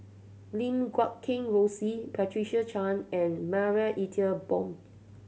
Lim Guat Kheng Rosie Patricia Chan and Marie Ethel Bong